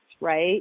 right